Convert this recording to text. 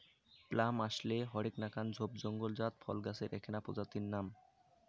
plum আশলে হরেক নাকান ঝোপ জঙলজাত ফল গছের এ্যাকনা প্রজাতির নাম